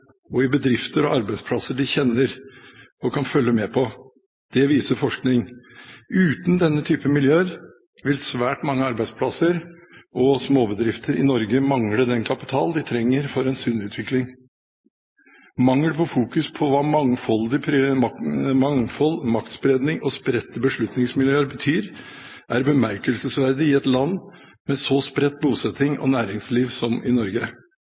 og i bedrifter og arbeidsplasser de kjenner, og kan følge med på. Det viser forskning. Uten denne type miljøer vil svært mange arbeidsplasser og småbedrifter i Norge mangle den kapital de trenger for en sunn utvikling. Manglende fokus på hva mangfold, maktspredning og spredte beslutningsmiljøer betyr, er bemerkelsesverdig i et land med så spredt bosetting og næringsliv som i Norge.